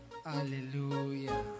Hallelujah